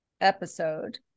episode